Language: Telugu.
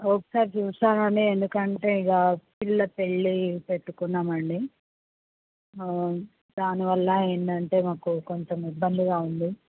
ఒకసారి చూశా గానీ ఎందుకంటే ఇక పిల్ల పెళ్ళి పెట్టుకున్నామండి దానివల్ల అయింది అంతే మాకు కొంచెం ఇబ్బందిగా ఉంది